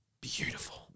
beautiful